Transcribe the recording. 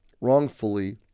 wrongfully